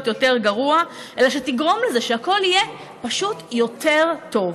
יותר גרוע אלא תגרום לזה שהכול יהיה פשוט יותר טוב,